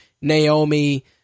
Naomi